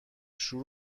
شور